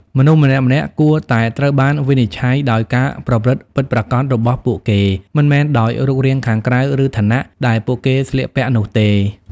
មនុស្សម្នាក់ៗគួរតែត្រូវបានវិនិច្ឆ័យដោយការប្រព្រឹត្តពិតប្រាកដរបស់ពួកគេ មិនមែនដោយរូបរាងខាងក្រៅឬឋានៈដែលពួកគេស្លៀកពាក់នោះទេ។